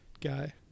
guy